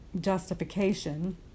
justification